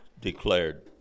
declared